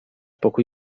poko